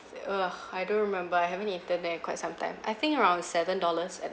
t~ ugh I don't remember I haven't eaten there quite sometime I think around seven dollars at